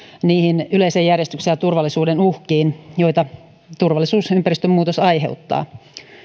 niihin yleisen järjestyksen ja turvallisuuden uhkiin joita turvallisuusympäristön muutos aiheuttaa